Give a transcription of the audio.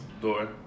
door